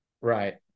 Right